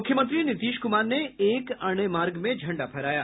मुख्यमंत्री नीतीश कुमार ने एक अणे मार्ग में झंडा फहराया